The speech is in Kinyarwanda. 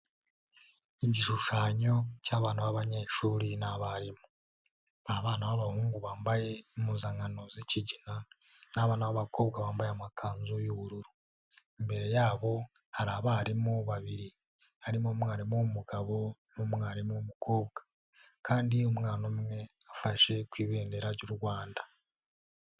Igishushanyo cy'abana b'abanyeshuri n'abarimu. Abana b'abahungu bambaye impuzankano zikigina n'abana b'abakobwa bambaye amakanzu y'ubururu. Imbere yabo hari abarimu babiri, harimo umwarimu w'umugabo n'umwarimu w'umukobwa kandi umwana umwe afashe ku ibendera ry'u Rwanda.